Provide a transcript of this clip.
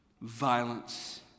violence